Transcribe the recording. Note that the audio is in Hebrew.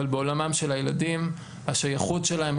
אבל בעולמם של הילדים השייכות שלהם,